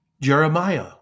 Jeremiah